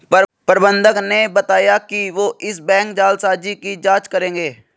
प्रबंधक ने बताया कि वो इस बैंक जालसाजी की जांच करेंगे